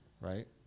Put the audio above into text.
right